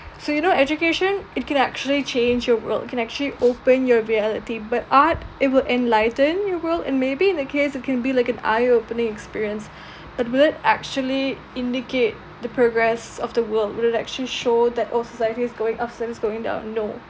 so you know education it can actually change your world it can actually open your reality but art it will enlighten your world and maybe in a case it can be like an eye opening experience but will it actually indicate the progress of the world would it actually show that oh society is going up society is going down no